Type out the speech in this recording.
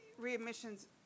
readmissions